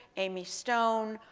amy stone,